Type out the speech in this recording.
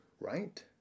right